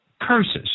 curses